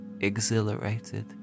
exhilarated